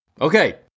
Okay